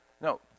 No